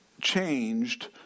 changed